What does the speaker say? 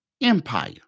empire